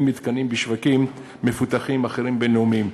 מתקנים בשווקים מפותחים אחרים בין-לאומיים.